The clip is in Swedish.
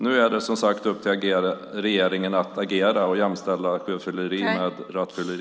Nu är det upp till regeringen att agera och jämställa sjöfylleri med rattfylleri.